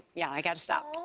yeah i got to stop.